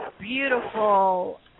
beautiful